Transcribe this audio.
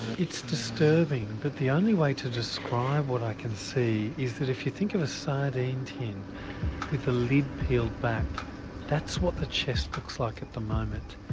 it's disturbing but the only way to describe what i can see is if you think of a sardine tin with the lid peeled back that's what the chest looks like at the moment.